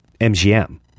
MGM